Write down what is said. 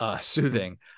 soothing